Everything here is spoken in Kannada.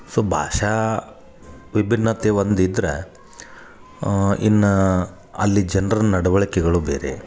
ಸೊ ಭಾಷಾ ವಿಭಿನ್ನತೆ ಒಂದು ಇದ್ರೆ ಇನ್ನ ಅಲ್ಲಿ ಜನರ ನಡವಳಿಕೆಗಳು ಬೇರೆ